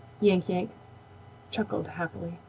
yank-yank chuckled happily.